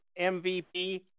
MVP